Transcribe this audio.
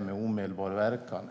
med omedelbar verkan fixar det här.